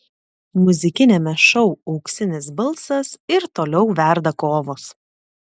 muzikiniame šou auksinis balsas ir toliau verda kovos